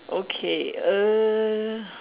okay err